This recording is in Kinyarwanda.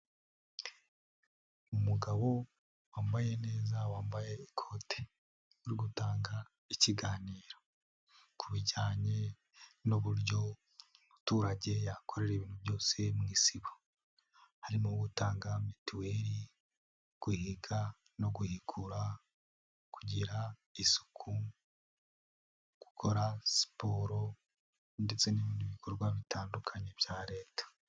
Umugabo wambaye neza wambaye ikote, uri gutanga ikiganiro ku bijyanye n'uburyo umuturage yakorera ibintu byose mu isibo, harimo: gutanga Mituweli, guhiga no guhikura, kugira isuku, gukora siporo ndetse n'ibindi bikorwa bitandukanye bya Leta.